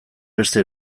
beste